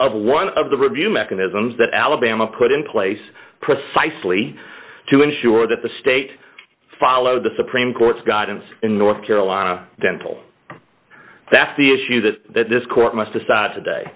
of one of the review mechanisms that alabama put in place precisely to ensure that the state followed the supreme court's guidance in north carolina dental that's the issue that this court must decide today